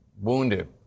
wounded